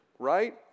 right